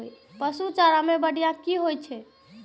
पशु चारा मैं बढ़िया की होय छै?